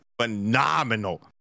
phenomenal